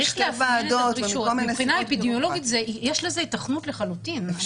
מבחינה אידיאולוגית יש לזה היתכנות לחלוטין.